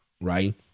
right